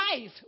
life